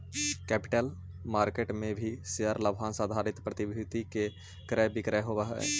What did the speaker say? capital market में भी share लाभांश आधारित प्रतिभूति के क्रय विक्रय होवऽ हई